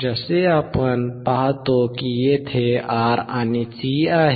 जसे आपण पाहतो की तेथे R आणि C आहे